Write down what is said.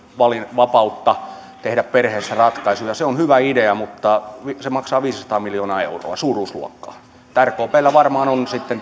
vapautta tehdä perheessä ratkaisut on hyvä idea mutta se maksaa suuruusluokaltaan viisisataa miljoonaa euroa rkpllä varmaan on sitten